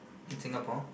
in Singapore